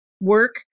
work